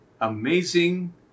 amazing